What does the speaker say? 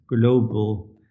global